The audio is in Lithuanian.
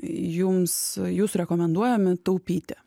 jums jūsų rekomenduojami taupyti